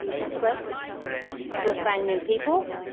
you click to assign new people.